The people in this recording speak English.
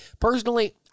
Personally